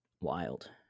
wild